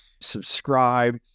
subscribe